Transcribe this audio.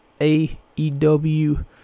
AEW